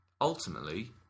ultimately